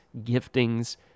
giftings